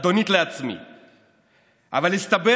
אבל חבל,